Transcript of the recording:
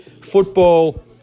football